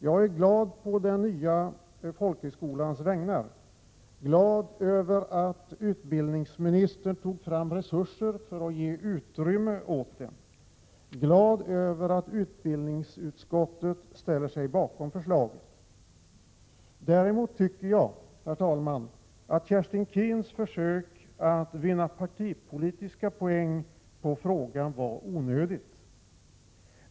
Jag är glad på den nya folkhögskolans vägnar, glad över att utbildningsministern tog fram resurser för att ge utrymme åt den och glad över att utbildningsutskottet ställer sig bakom förslaget. Däremot tycker jag, herr talman, att Kerstin Keens försök att vinna partipolitiska poäng på frågan var onödigt.